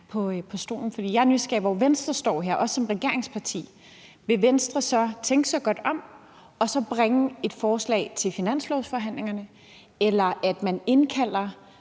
på talerstolen – hvor Venstre står her, også som regeringsparti. Vil Venstre tænke sig godt om og så bringe et forslag med til finanslovsforhandlingerne, eller vil man indkalde